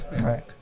Right